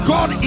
God